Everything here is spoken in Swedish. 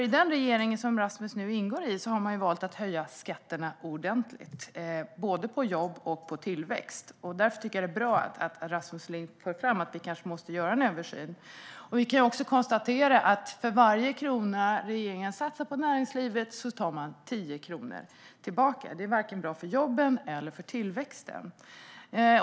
I den regering som Rasmus nu ingår i har man valt att höja skatterna ordentligt på både jobb och tillväxt. Därför tycker jag att det är bra att Rasmus Ling för fram att vi kanske måste göra en översyn. Vi kan konstatera att för varje krona regeringen satsar på näringslivet tar man 10 kronor tillbaka. Det är varken bra för jobben eller för tillväxten.